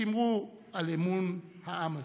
שמרו על אמון העם הזה.